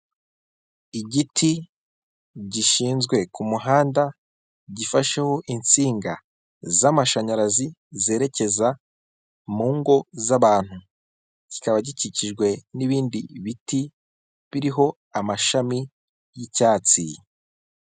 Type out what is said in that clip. Igiti gishinzwe ku muhanda gifasheho insinga z'amashanyarazi zerekeza mu ngo z'abantu kikaba gikikijwe n'ibindi biti biriho amashami y'icyatsi.